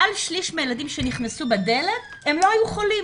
מעל שליש מהילדים שנכנסו בדלת לא היו חולים,